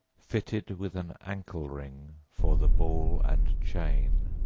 fitted with an ankle-ring for the ball-and-chain.